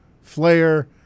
Flair